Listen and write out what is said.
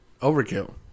overkill